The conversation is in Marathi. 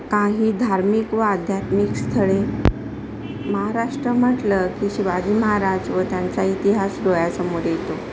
काही धार्मिक व आध्यात्मिक स्थळे महाराष्ट्र म्हटलं की शिवाजी महाराज व त्यांचा इतिहास डोळ्यासमोर येतो